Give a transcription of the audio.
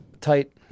Tight